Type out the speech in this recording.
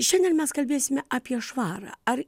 šiandien mes kalbėsime apie švarą ar